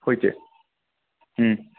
ꯍꯣꯏ ꯆꯦ ꯎꯝ